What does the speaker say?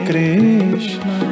Krishna